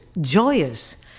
joyous